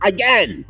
Again